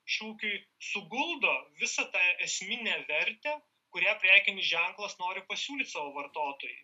šūkiui suguldo visą tą esminę vertę kurią prekinis ženklas nori pasiūlyt savo vartotojui